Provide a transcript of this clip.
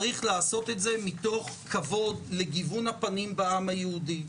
צריך לעשות את זה מתוך כבוד לגיוון הפנים בעם היהודי,